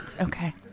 Okay